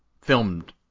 filmed